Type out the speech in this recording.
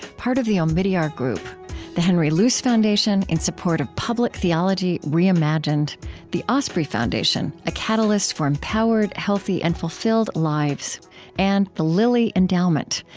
part of the omidyar group the henry luce foundation, in support of public theology reimagined the osprey foundation a catalyst for empowered, healthy, and fulfilled lives and the lilly endowment,